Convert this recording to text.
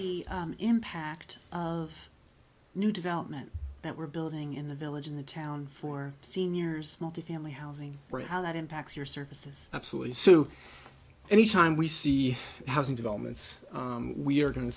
the impact of new development that we're building in the village and the town for seniors multifamily housing bread how that impacts your services absolutely so anytime we see housing developments we are going to